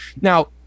now